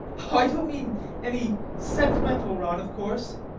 oh, i don't mean any sentimental rot, of course.